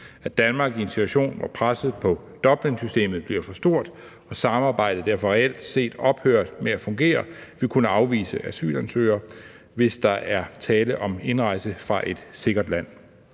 at Danmark i en situation, hvor presset på Dublinsystemet bliver for stort og samarbejdet derfor reelt set er ophørt med at fungere, vil kunne afvise asylansøgere, hvis der er tale om indrejse fra et sikkert land.